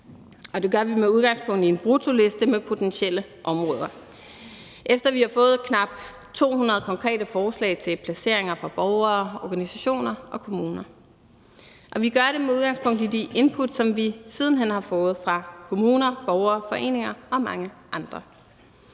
det gør vi med udgangspunkt i en bruttoliste med potentielle områder, efter at vi har fået knap 200 konkrete forslag til placeringer fra borgere, organisationer og kommuner, og vi gør det med udgangspunkt i de input, som vi siden hen har fået fra kommuner, borgere, foreninger og mange andre.